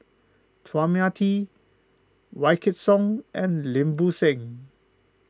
Chua Mia Tee Wykidd Song and Lim Bo Seng